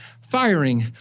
firing